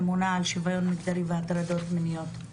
ממונה על שוויון מגדרי והטרדות מיניות.